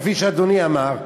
כפי שאדוני אמר,